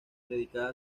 dedicada